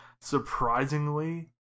surprisingly